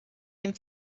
dem